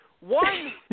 one